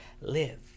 live